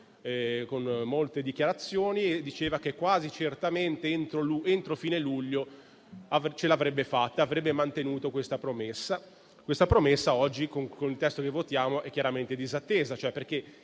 con molte dichiarazioni, secondo cui quasi certamente entro fine luglio ce l'avrebbe fatta e avrebbe mantenuto la promessa. Questa promessa oggi, con il testo che votiamo, è chiaramente disattesa, perché